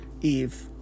eve